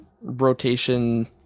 rotation